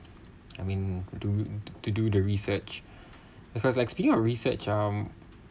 I mean to do to do the research as of like speaking a research um